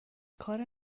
کار